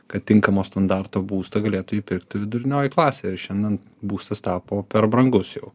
kad tinkamo standarto būstą galėtų įpirkti vidurinioji klasė ir šiandien būstas tapo per brangus jau